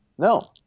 No